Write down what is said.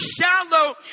shallow